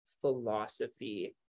philosophy